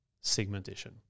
segmentation